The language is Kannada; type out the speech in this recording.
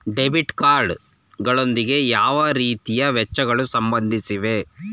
ಡೆಬಿಟ್ ಕಾರ್ಡ್ ಗಳೊಂದಿಗೆ ಯಾವ ರೀತಿಯ ವೆಚ್ಚಗಳು ಸಂಬಂಧಿಸಿವೆ?